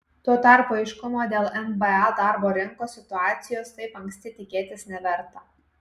tuo tarpu aiškumo dėl nba darbo rinkos situacijos taip anksti tikėtis neverta